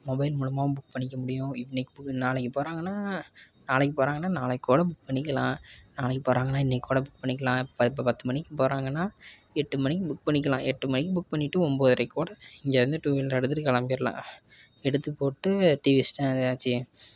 mobile மூலமாகவும் book பண்ணிக்க முடியும் இன்றைக்கி பு நாளைக்கு போகிறாங்கன்னா நாளைக்கு போகிறாங்கன்னா நாளைக்கு கூட புக் பண்ணிக்கலாம் நாளைக்கு போகிறாங்கன்னா இன்றைக்கி கூட புக் பண்ணிக்கலாம் இப்போ இப்போ பத்து மணிக்கு போகிறாங்கன்னா எட்டு மணிக்கு புக் பண்ணிக்கலாம் எட்டு மணிக்கு புக் பண்ணிகிட்டு ஒன்போதரைக்கி கூட இங்கேயிருந்து டூ வீலர் எடுத்துகிட்டு கிளம்பிர்லாம் எடுத்துப் போட்டு டிவி